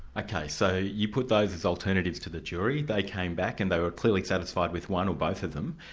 ok, so you put those as alternatives to the jury. they came back and they were clearly satisfied with one or both of them.